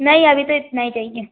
नहीं अभी तो इतना ही चाहिए